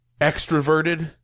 extroverted